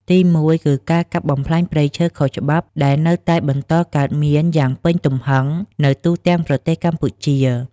ទីមួយគឺ ការកាប់បំផ្លាញព្រៃឈើខុសច្បាប់ ដែលនៅតែបន្តកើតមានយ៉ាងពេញទំហឹងនៅទូទាំងប្រទេសកម្ពុជា។